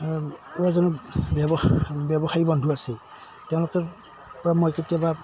কেইবাজনো ব্যৱসায়ী ব্যৱসায়ী বন্ধু আছে তেওঁলোকৰপৰা মই কেতিয়াবা